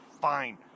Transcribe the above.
fine